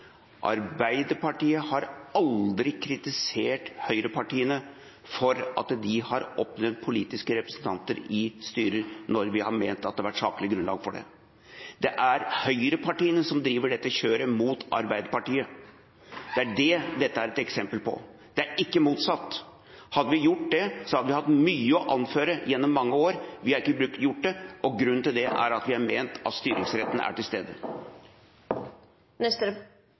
Arbeiderpartiet har aldri kritisert høyrepartiene for at de har oppnevnt politiske representanter i styrer når vi har ment at det har vært saklig grunnlag for det. Det er høyrepartiene som driver dette kjøret mot Arbeiderpartiet. Det er det dette er et eksempel på; det er ikke motsatt. Hadde vi gjort det, hadde vi hatt mye å anføre gjennom mange år. Vi har ikke gjort det, og grunnen til det er at vi har ment at styringsretten er til stede.